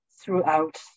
throughout